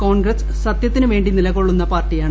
കോൺഗ്രസ് സത്യത്തിനു വേണ്ടി നിലകൊള്ളുന്ന പാർട്ടിയാണ്